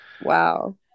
wow